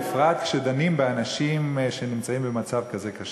בפרט כשדנים באנשים שנמצאים במצב כזה קשה.